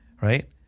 right